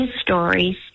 stories